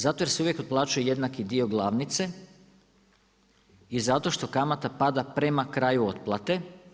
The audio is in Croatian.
Zato jer se uvijek otplaćuje jednaki dio glavnice i zato što kamata pada prema kraju otplate.